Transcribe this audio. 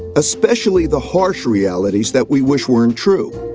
especially the harsh realities that we wish weren't true.